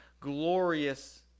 glorious